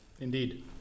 Indeed